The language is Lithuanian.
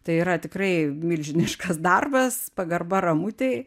tai yra tikrai milžiniškas darbas pagarba ramutei